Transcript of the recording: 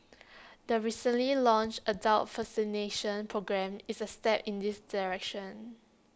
the recently launched adult vaccination programme is A step in this direction